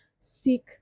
seek